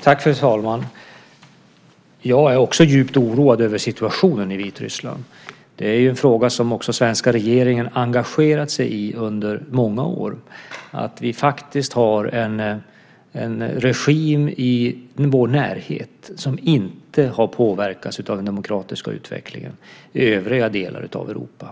Fru talman! Jag är också djupt oroad över situationen i Vitryssland. Det är en fråga som den svenska regeringen har engagerat sig i under många år, att vi faktiskt har en regim i vår närhet som inte har påverkats av den demokratiska utvecklingen i övriga delar av Europa.